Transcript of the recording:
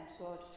God